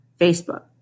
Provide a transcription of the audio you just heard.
Facebook